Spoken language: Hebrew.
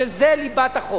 שזה ליבת החוק: